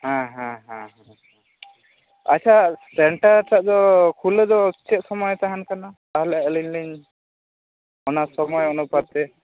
ᱦᱮᱸ ᱦᱮᱸ ᱦᱮᱸ ᱟᱪᱷᱟ ᱥᱮᱱᱴᱟᱨ ᱴᱟᱜ ᱫᱚ ᱠᱷᱩᱞᱟᱹ ᱫᱚ ᱪᱮᱫ ᱥᱚᱢᱳᱭ ᱛᱟᱦᱮᱱ ᱠᱟᱱᱟ ᱛᱟᱦᱚᱞᱮ ᱟᱹᱞᱤᱧ ᱞᱤᱧ ᱚᱱᱟ ᱥᱚᱢᱳᱭ ᱚᱱᱩᱯᱟᱛ ᱛᱮ